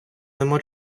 нема